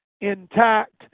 intact